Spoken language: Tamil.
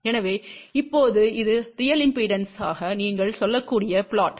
எனவே இப்போது இது ரியல் இம்பெடன்ஸ்க்காக நீங்கள் சொல்லக்கூடிய புளொட்